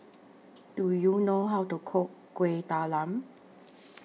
Do YOU know How to Cook Kueh Talam